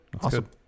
Awesome